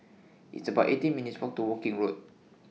It's about eighteen minutes' Walk to Woking Road